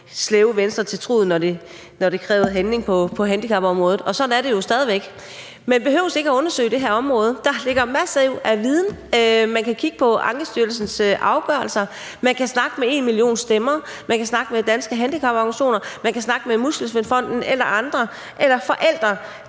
slæbe Venstre til truget, når der krævedes handling på handicapområdet. Og sådan er det jo stadig væk. Man behøver ikke undersøge det her område. Der ligger masser af viden. Man kan kigge på Ankestyrelsens afgørelser, man kan snakke med enmillionstemmer, man kan snakke med Danske Handicaporganisationer, man kan snakke med Muskelsvindfonden og andre, eller man